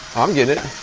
i'm getting it.